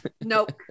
Nope